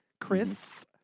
Chris